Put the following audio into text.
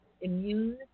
immune